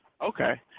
Okay